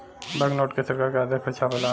bank note के सरकार के आदेश पर छापाला